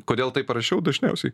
kodėl taip parašiau dažniausiai